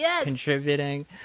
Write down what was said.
contributing